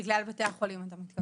בגלל בתי החולים, אתה מתכוון.